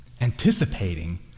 anticipating